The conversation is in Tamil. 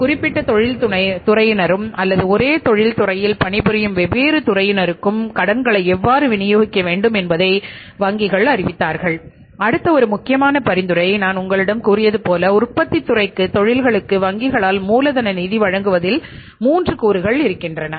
ஒரு குறிப்பிட்ட தொழிற்துறையினருக்கும் அல்லது ஒரே தொழிற்துறையில் பணிபுரியும் வெவ்வேறு துறையினருக்கும் கடன்களை எவ்வாறு விநியோகிக்க வேண்டும் என்பதை வங்கிகள் அறிவித்தார்கள் அடுத்த ஒரு முக்கியமான பரிந்துரை நான் உங்களிடம் கூறியது போல உற்பத்தித் துறைக்கு தொழில்களுக்கு வங்கிகளால் மூலதன நிதி வழங்குவதில் 3 கூறுகள் இருக்கின்றன